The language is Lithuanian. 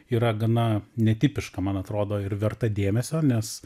yra gana netipiška man atrodo ir verta dėmesio nes